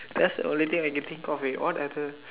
that's the only thing I can think of eh all the other